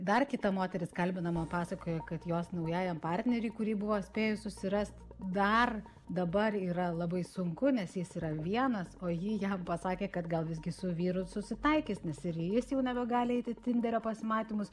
dar kita moteris kalbinama pasakojo kad jos naujajam partneriui kurį buvo spėjus susirast dar dabar yra labai sunku nes jis yra vienas o ji jam pasakė kad gal visgi su vyru susitaikys nes ir jis jau nebegali eiti tenderio pasimatymus